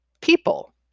people